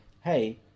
hey